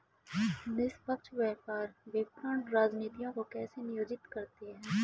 निष्पक्ष व्यापार विपणन रणनीतियों को कैसे नियोजित करते हैं?